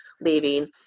leaving